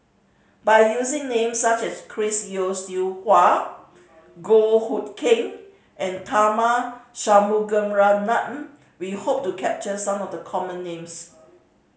by using names such as Chris Yeo Siew Hua Goh Hood Keng and Tharman Shanmugaratnam we hope to capture some of the common names